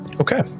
Okay